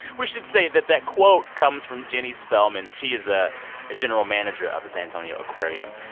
we should say that that quote comes from jenny spellman. she is a general manager of the san antonio aquarium.